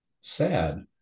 sad